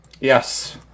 Yes